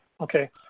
Okay